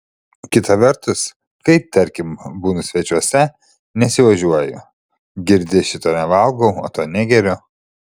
kita vertus kai tarkim būnu svečiuose nesiožiuoju girdi šito nevalgau o to negeriu